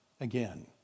again